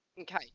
Okay